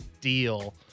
deal